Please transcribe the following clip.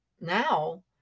Now